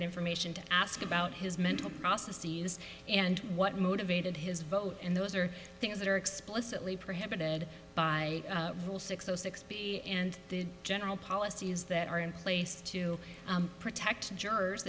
ed information to ask about his mental processes and what motivated his vote and those are things that are explicitly prohibited by six zero six b and the general policies that are in place to protect jurors